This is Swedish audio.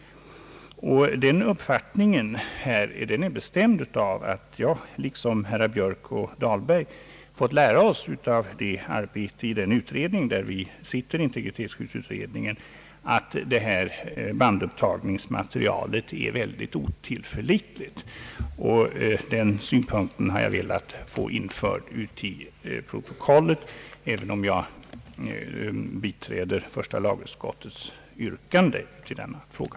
Den uppfattningen är bestämd av vad jag liksom herrar Björk och Dahlberg fått lära mig under arbetet i integritetsskyddsutredningen, där vi är ledamöter, nämligen att bandupptagningsmaterial är högst otillförlitligt. Den synpunkten har jag velat få införd i protokollet, även om jag biträder första lagutskottets yrkande i denna fråga.